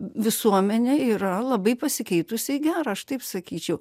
visuomenė yra labai pasikeitusi į gera aš taip sakyčiau